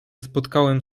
spotkałem